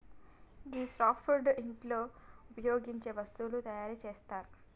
గీ softwood ఇంటిలో ఉపయోగించే వస్తువులను తయారు చేస్తరు